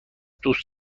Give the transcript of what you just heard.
دوست